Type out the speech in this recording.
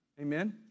Amen